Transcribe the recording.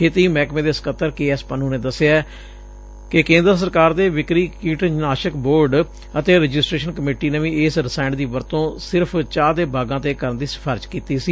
ਖੇਤੀ ਮਹਿਕਮੇ ਦੇ ਸਕੱਤਰ ਕੇ ਐਸ ਪੰਨੁ ਨੇ ਦਸਿਆ ਕਿ ਕੇਂਦਰ ਸਰਕਾਰ ਦੇ ਕੇਂਦਰੀ ਕੀਟਨਾਸ਼ਕ ਬੋਰਡ ਅਤੇ ਰਜਿਸਟਰੇਸ਼ਨ ਕਮੇਟੀ ਨੇ ਵੀ ਇਸ ਰਸਾਇਣ ਦੀ ਵਰਤੋਂ ਸਿਰਫ਼ ਚਾਹ ਦੇ ਬਾਗਾਂ ਤੇ ਕਰਨ ਦੀ ਸਿਫਾਰਸ਼ ਕੀਤੀ ਸੀ